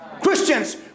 Christians